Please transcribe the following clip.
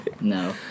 No